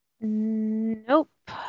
Nope